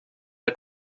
der